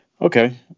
Okay